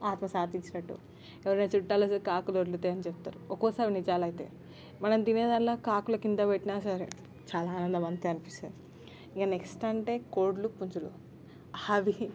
ఆత్మ శాంతించినట్టు ఎవరైనా చూట్టాలు వస్తే కాకులు ఒర్రుతాయి అని చెప్తారు ఒక్కోసారి నిజాలు అవుతాయి మనం తినేదాంట్లో కాకులకి ఇంత పెట్టినా సరే చాలా ఆనందం అంతే అనిపిస్తది ఇక నెక్స్ట్ అంటే కోళ్ళు పుంజులు అవి